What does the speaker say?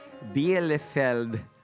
Bielefeld